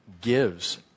gives